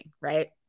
right